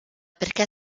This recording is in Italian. perché